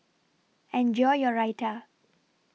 Enjoy your Raita